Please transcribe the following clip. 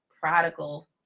prodigal